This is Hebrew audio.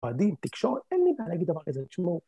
בדין, תקשורת, אין לי מה להגיד דבר כזה שמור.